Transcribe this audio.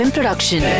Production